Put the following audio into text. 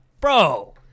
Bro